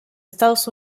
estados